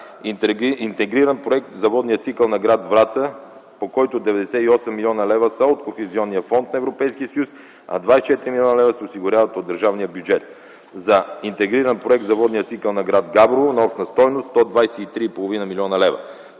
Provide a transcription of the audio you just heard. за „Интегриран проект за водния цикъл на град Враца”, по който 98 млн. лв. са от Кохезионния фонд на Европейския съюз, а 24 млн. лв. се осигуряват от държавния бюджет; за „Интегриран проект за водния цикъл на град Габрово” – на обща стойност 123,5 млн. лв.